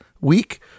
week